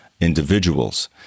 individuals